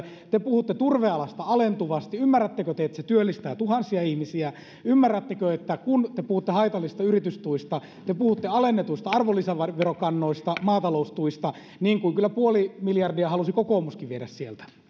te puhutte turvealasta alentuvasti ymmärrättekö te että se työllistää tuhansia ihmisiä ymmärrättekö että kun te puhutte haitallisista yritystuista niin te puhutte alennetuista arvonlisäverokannoista ja maataloustuista niin kuin kyllä puoli miljardia halusi kokoomuskin viedä sieltä